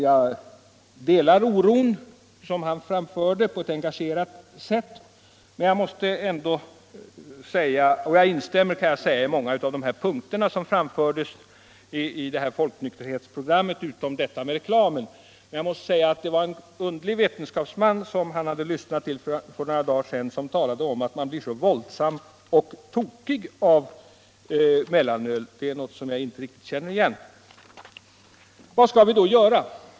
Jag delar den oro som han gav uttryck för på ett engagerat sätt och instämmer i många av de punkter som framfördes ur folknykterheténs program utom den om reklamen. Men det var en underlig vetenskapsman som han hade lyssnat till för några dagar sedan, som talade om att man blir så våldsam och tokig av mellanöl. Det känner jag inte riktigt igen. Vad skall vi då göra?